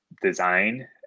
design